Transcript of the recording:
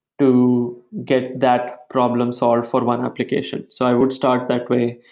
to get that problem solved for one application. so i would start that way.